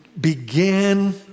begin